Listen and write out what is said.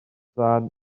dda